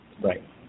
Right